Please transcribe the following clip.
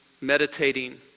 meditating